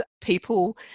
people